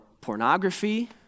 pornography